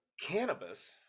cannabis